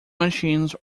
machines